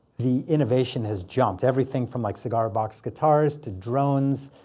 the innovation has jumped. everything from like cigar box guitars to drones